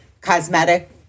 cosmetic